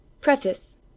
Preface